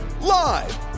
Live